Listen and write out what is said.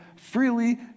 freely